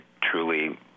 truly